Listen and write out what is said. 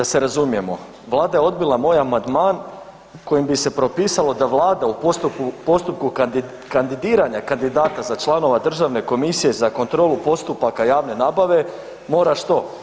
Poštovana, da se razumijemo, Vlada je odbila moj amandman kojim se propisalo da Vlada u postupku kandidiranja kandidata za članove Državne komisije za kontrolu postupaka javne nabave mora, što?